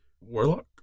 Warlock